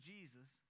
Jesus